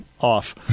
off